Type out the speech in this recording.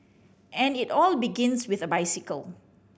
and it all begins with a bicycle